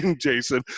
Jason